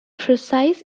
precise